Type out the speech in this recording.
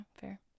fair